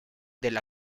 del